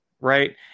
Right